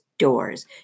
doors